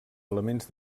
elements